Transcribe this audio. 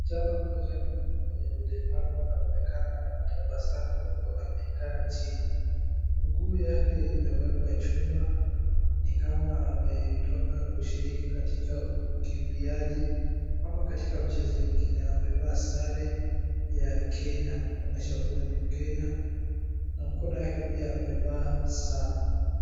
Msichana mmoja mwenye ulemavu anaonekana anatabasamu huku amekaa chini, mguu yake imewekwa chuma ni kama ametoka kushiriki katika ukimbiaji ama katika mchezo mingine, amevaa sare ya Kenya, kuonesha pia ni mkenya na mkono yake pia amevaa saa.